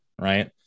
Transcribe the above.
Right